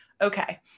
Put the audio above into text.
Okay